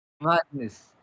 Madness